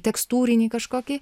tekstūrinį kažkokį